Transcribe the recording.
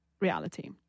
reality